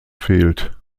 fehlt